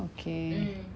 okay